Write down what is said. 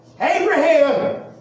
Abraham